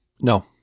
No